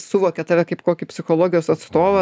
suvokia tave kaip kokį psichologijos atstovą